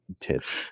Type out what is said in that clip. tits